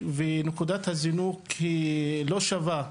ונקודת הזינוק היא לא שווה,